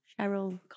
Cheryl